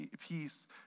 peace